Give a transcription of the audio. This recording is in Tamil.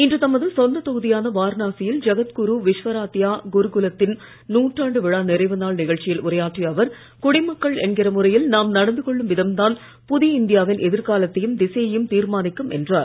இன்று தமது சொந்த தொகுதியான வாரணாசியில் ஜகத்குரு விஷ்வராத்யா குருகுலத்தின் நூற்றாண்டு விழா நிறைவு நாள் நிகழ்ச்சியில் உரையாற்றிய அவர் குடிமக்கள் என்கிற முறையில் நாம் நடந்து கொள்ளும் விதம் தான் புதிய இந்தியாவின் எதிர்காலத்தையும் திசையையும் தீர்மானிக்கும் என்றார்